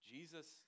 Jesus